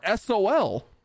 SOL